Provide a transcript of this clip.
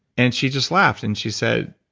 and she just laughed and she said,